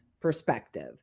perspective